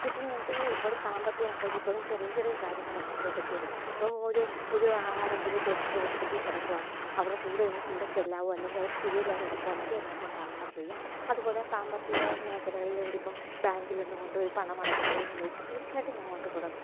ഇപ്പം നേരത്തേ ഒരുപാട് സാമ്പത്തികം അല്ലെങ്കിൽപ്പോലും ചെറിയ ചെറിയ കാര്യങ്ങൾ എന്തെങ്കിലും ഒക്കെ ചെയ്ത് ഒരു ഒരു ആരെങ്കിലും പേഷ്യൻറ്റ് ഹോസ്പിറ്റലിൽ കിടക്കുകയാണ് അവരുടെ കൂടെയൊന്ന് കൂടെ ചെല്ലാമോ അല്ലെങ്കിൽ അവർക്ക് സുഖം ഇല്ലാതെ കിടക്കുകയാണെങ്കിൽ എന്നെക്കൊണ്ട് ആവുന്നത് ചെയ്യും അതുപോലെ സാമ്പത്തിക മേഖലകളിൽ ഇവിടെ ഇപ്പം ബാങ്കിലൊന്ന് കൊണ്ടുപോയി പണമടയ്ക്കാമോ എന്ന് ചോദിച്ചാൽ തീർച്ചയായിട്ടും ഞാൻ കൊണ്ട് കൊടുക്കും